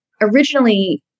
originally